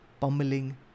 pummeling